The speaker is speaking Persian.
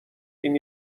این